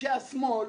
אנשי השמאל,